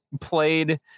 played